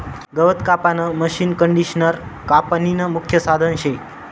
गवत कापानं मशीनकंडिशनर कापनीनं मुख्य साधन शे